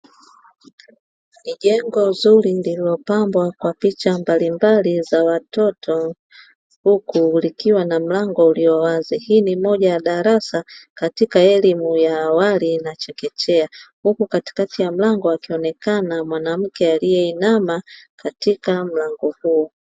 Nijengo nzuri lilopambwa kwa picha mbalimbali za watoto huku likiwa na mlango ulio wazi, hili ni moja ya darasa katika elimu ya awali na chekechea, huku katikati ya mlango akionekana Mwanamke aliyeinama katika mlango huo.